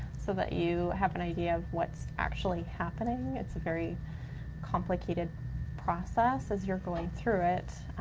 so that you have an idea of what's actually happening. it's a very complicated process, as you're going through it,